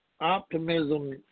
optimism